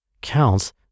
counts